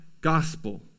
gospel